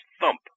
thump